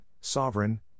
Sovereign